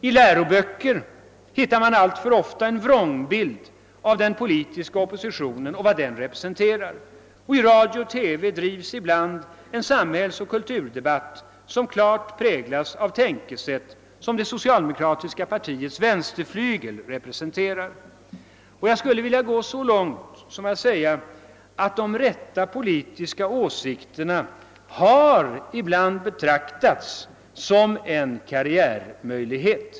I läroböcker hittar man alltför ofta en vrångbild av den politiska oppositionen och vad den representerar. I radio och TV drivs ibland en samhällsoch kulturdebatt, som klart präglas av tänkesätt som det socialdemokratiska partiets vänsterflygel representerar. Jag skulle vilja gå så långt att jag säger att de rätta politiska åsikterna ibland betraktats som en karriärmöjlighet.